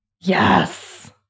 Yes